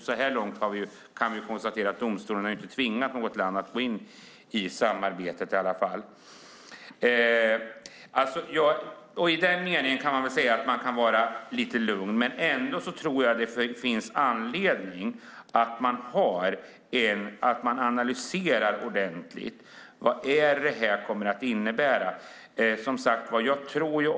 Så här långt har dock domstolen inte tvingat något land att gå in i samarbetet, så i den meningen kan man väl vara lugn. Jag tror dock att det finns anledning att göra en ordentlig analys av vad detta kommer att innebära.